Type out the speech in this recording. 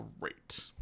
great